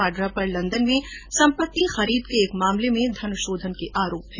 वाड्रा पर लंदन में सम्पत्ति खरीद के एक मामले में धनशोधन के आरोप हैं